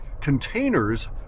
containers